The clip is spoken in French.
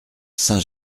saint